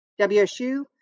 WSU